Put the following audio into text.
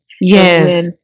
yes